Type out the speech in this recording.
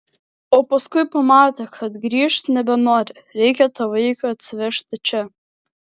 o paskui pamatė kad grįžt nebenori reikia tą vaiką atsivežti čia